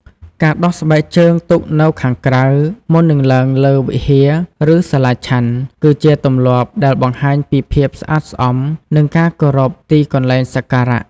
ការដោះស្បែកជើងទុកនៅខាងក្រៅមុននឹងឡើងលើវិហារ ឬសាលាឆាន់ គឺជាទម្លាប់ដែលបង្ហាញពីភាពស្អាតស្អំ និងការគោរពទីកន្លែងសក្ការៈ។